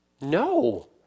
No